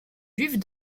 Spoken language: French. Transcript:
juifs